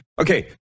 Okay